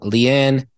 Leanne